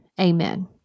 amen